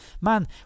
Man